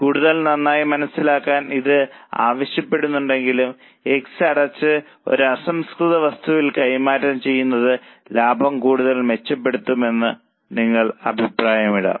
കൂടുതൽ നന്നായി മനസ്സിലാക്കാൻ ഇത് ആവശ്യപ്പെടുന്നില്ലെങ്കിലും X അടച്ച് ആ അസംസ്കൃത വസ്തുക്കളിൽ കൈമാറ്റം ചെയ്യുന്നത് ലാഭം കൂടുതൽ മെച്ചപ്പെടുത്തുമെന്ന് നിങ്ങൾക്ക് അഭിപ്രായമിടാം